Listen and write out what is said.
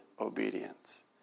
obedience